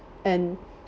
and